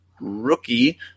rookie